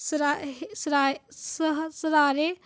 ਸਰਾ ਸਰਾ ਸਹਾ ਸਰਾਏ